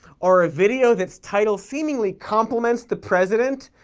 are a video that's title seemingly compliments the president,